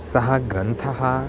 सः ग्रन्थः